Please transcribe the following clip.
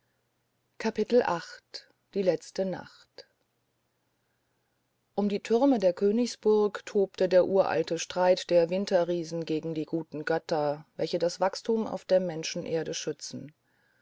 die letzte nacht um die türme der königsburg tobte der uralte streit der winterriesen gegen die guten götter welche das wachstum auf der menschenerde schützen